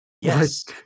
Yes